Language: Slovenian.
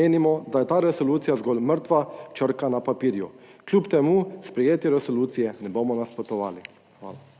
menimo, da je ta resolucija zgolj mrtva črka na papirju. Kljub temu sprejetju resolucije ne bomo nasprotovali. Hvala.